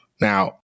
Now